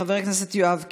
חבר הכנסת יואב קיש,